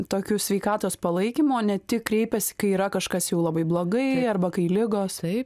tokiu sveikatos palaikymu ne tik kreipiasi kai yra kažkas jau labai blogai arba kai ligos